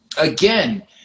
again